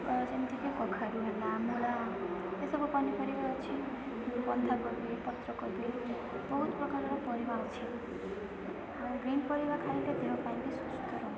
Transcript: ଯେମିତିକି କଖାରୁ ହେଲା ମୂଳା ଏ ସବୁ ପନିପରିବା ଅଛି ବନ୍ଧାକୋବି ପତ୍ରକୋବି ବହୁତ ପ୍ରକାରର ପରିବା ଅଛି ଗ୍ରିନ୍ ପରିବା ଖାଇଲେ ଦେହ ପାଇଁ ବି ସୁସ୍ଥ